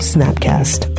Snapcast